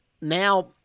Now